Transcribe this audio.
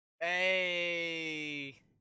Hey